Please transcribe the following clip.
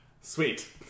sweet